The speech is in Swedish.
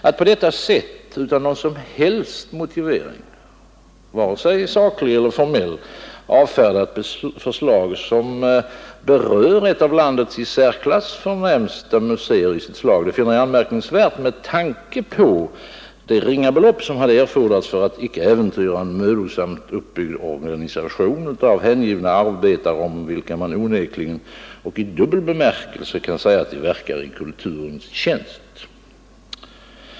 Att på detta sätt — utan någon som helst motivering, vare sig saklig eller formell — avfärda ett förslag som berör ett av landets i särklass förnämsta museer i sitt slag, finner jag anmärkningsvärt med tanke på det ringa belopp som hade erfordrats för att inte äventyra en mödosamt uppbyggd organisation, bestående av hängivna arbetare, om vilka man onekligen och i dubbel bemärkelse kan säga att de verkar i kulturens tjänst.